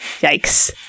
yikes